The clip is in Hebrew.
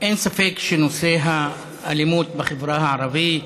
אין ספק שנושא האלימות בחברה הערבית,